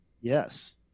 Yes